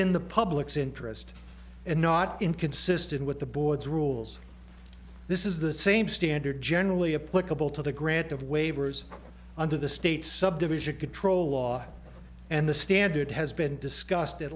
in the public's interest and not inconsistent with the board's rules this is the same standard generally a political to the grant of waivers under the state's subdivision control law and the standard has been discussed